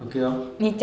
okay lor